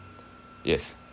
yes